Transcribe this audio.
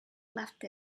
left